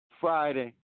Friday